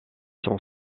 sont